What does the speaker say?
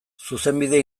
zuzenbide